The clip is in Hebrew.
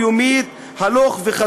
הוקמה ועדה